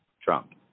Trump